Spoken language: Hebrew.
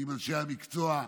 עם אנשי המקצוע.